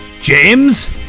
James